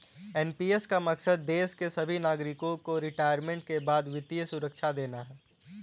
NPS का मकसद देश के सभी नागरिकों को रिटायरमेंट के बाद वित्तीय सुरक्षा देना है